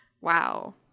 Wow